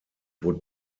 would